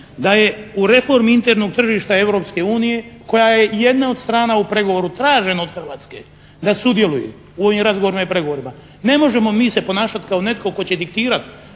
da je u reformi internog tržišta Europske unije koja je jedna od strana u pregovoru tražena od Hrvatske da sudjeluje u ovim razgovorima i pregovorima. Ne možemo mi se ponašati kao netko tko će diktirati